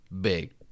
big